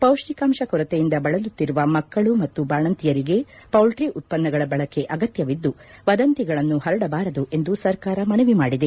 ಪೌಷ್ಠಿಕಾಶ ಕೊರತೆಯಿಂದ ಬಳಲುತ್ತಿರುವ ಮಕ್ಕಳು ಮತ್ತು ಬಾಣಂತಿಯರಿಗೆ ಪೌಲ್ಟಿ ಉತ್ಪನ್ನಗಳ ಬಳಕೆ ಅಗತ್ಯವಿದ್ದು ವದಂತಿಗಳನ್ನು ಪರಡಬಾರದು ಎಂದು ಸರ್ಕಾರ ಮನವಿ ಮಾಡಿದೆ